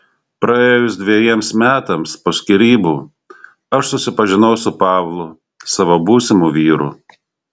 praėjus dvejiems metams po skyrybų aš susipažinau su pavlu savo būsimu vyru